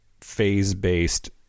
phase-based